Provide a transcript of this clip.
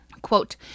Quote